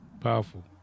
powerful